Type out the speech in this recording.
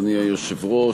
אדוני היושב-ראש,